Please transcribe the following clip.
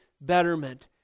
betterment